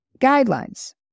guidelines